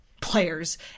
players